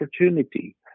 opportunity